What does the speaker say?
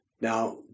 Now